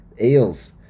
Eels